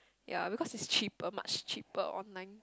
ya because it's cheaper much cheaper online